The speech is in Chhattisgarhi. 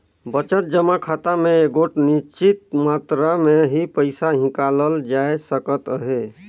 बचत जमा खाता में एगोट निच्चित मातरा में ही पइसा हिंकालल जाए सकत अहे